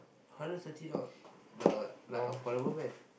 hundred and thirty not the like affordable meh